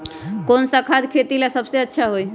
कौन सा खाद खेती ला सबसे अच्छा होई?